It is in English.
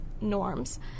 norms